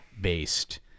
based